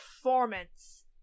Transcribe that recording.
performance